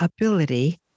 ability